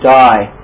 die